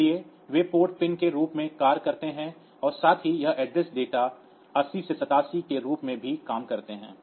इसलिए वे port pin के रूप में कार्य करते हैं और साथ ही यह Address डेटा 80 से 87 के रूप में भी काम करते हैं